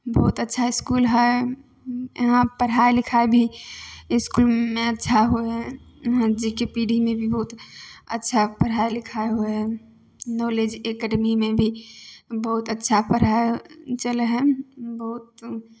बहुत अच्छा इसकूल हइ इहाँ पढ़ाइ लिखाइ भी इसकुलमे अच्छा होइ हइ उहाँ जी के पी डी मे भी बहुत अच्छा पढ़ाइ लिखाइ होइ हइ नॉलेज एकेडमीमे भी बहुत अच्छा पढ़ाइ चलै हइ बहुत